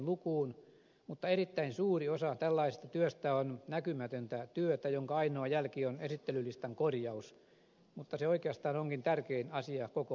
lukuun mutta erittäin suuri osa tällaisesta työstä on näkymätöntä työtä jonka ainoa jälki on esittelylistan korjaus mutta se oikeastaan onkin tärkein asia koko ennakkovalvonnassa